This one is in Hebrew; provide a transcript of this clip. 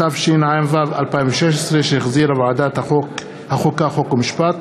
התשע"ו 2016, שהחזירה ועדת החוקה, חוק ומשפט.